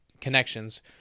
connections